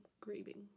grieving